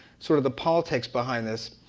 sort of the politics behind this.